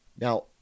now